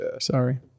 Sorry